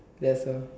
guess so